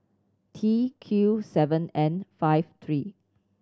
T Q seven N five three